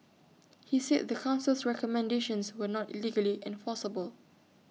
he said the Council's recommendations were not legally enforceable